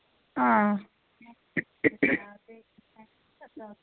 हां